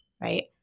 right